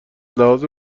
لحاظ